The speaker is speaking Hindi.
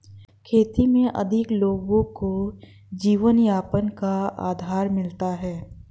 खेती में अधिक लोगों को जीवनयापन का आधार मिलता है